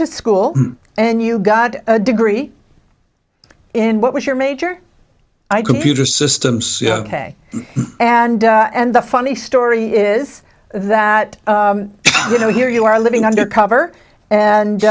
to school and you got a degree and what was your major computer systems ok and and the funny story is that you know here you are living under cover and